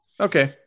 okay